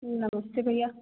नमस्ते भैया